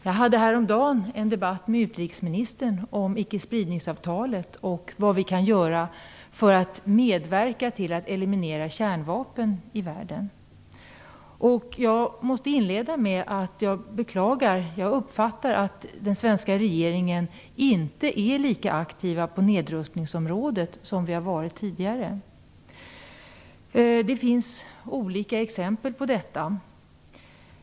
Jag förde häromdagen en debatt med utrikesministern om icke-spridningsavtalet och vad vi kan göra för att medverka till att eliminera kärnvapen i världen. Jag måste inleda med att säga att jag beklagligtvis uppfattar det som om den svenska regeringen inte är lika aktiv på nedrustningsområdet som Sverige har varit tidigare. Det finns olika exempel på detta.